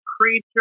creature